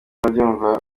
urabyumva